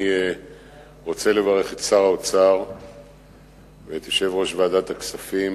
אני רוצה לברך את שר האוצר ואת יושב-ראש ועדת הכספים,